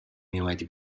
میومدی